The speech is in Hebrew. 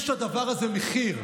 יש לדבר הזה מחיר.